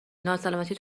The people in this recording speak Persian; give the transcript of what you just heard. ناسلامتی